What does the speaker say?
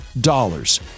dollars